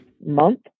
month